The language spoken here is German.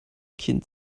kind